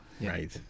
Right